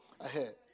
ahead